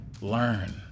learn